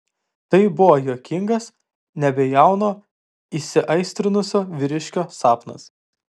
tai buvo juokingas nebejauno įsiaistrinusio vyriškio sapnas